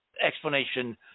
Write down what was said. explanation